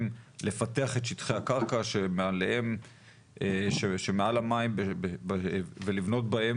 לפתח את שטחי הקרקע שמעל המים ולבנות בהם,